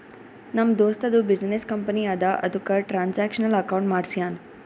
ನಮ್ ದೋಸ್ತದು business company ಅದಾ ಅದುಕ್ಕ ಟ್ರಾನ್ಸ್ಅಕ್ಷನಲ್ ಅಕೌಂಟ್ ಮಾಡ್ಸ್ಯಾನ್